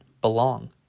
belong